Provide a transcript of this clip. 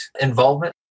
involvement